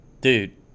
Dude